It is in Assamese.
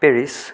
পেৰিছ